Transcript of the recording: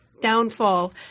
downfall